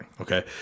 Okay